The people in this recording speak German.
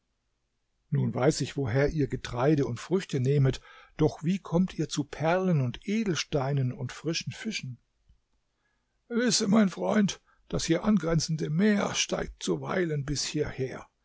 nun weiß ich woher ihr getreide und früchte nehmet doch wie kommt ihr zu perlen und edelsteinen und frischen fischen wisse mein freund das hier angrenzende meer steigt zuweilen bis hierher